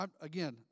again